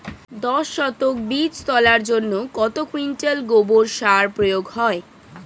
দশ শতক বীজ তলার জন্য কত কুইন্টাল গোবর সার প্রয়োগ হয়?